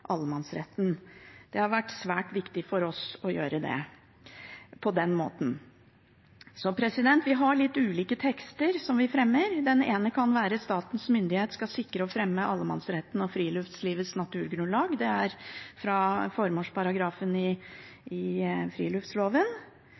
allemannsretten. Det har vært svært viktig for oss å gjøre det på den måten. Vi fremmer litt ulike tekster. Den ene lyder: «Statens myndigheter skal sikre og fremme allemannsretten og friluftslivets naturgrunnlag.» Det er fra formålsparagrafen i